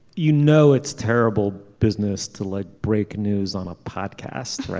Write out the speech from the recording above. you know it's terrible business to like break news on a podcast